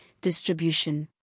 distribution